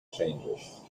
changes